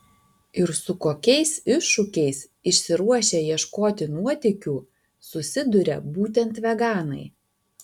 ir su kokiais iššūkiais išsiruošę ieškoti nuotykių susiduria būtent veganai